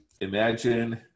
imagine